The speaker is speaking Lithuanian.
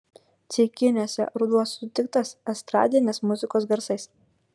ceikiniuose ruduo sutiktas estradinės muzikos garsais